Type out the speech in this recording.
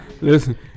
Listen